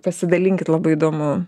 pasidalinkit labai įdomu